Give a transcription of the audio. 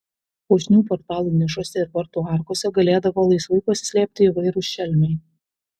puošnių portalų nišose ir vartų arkose galėdavo laisvai pasislėpti įvairūs šelmiai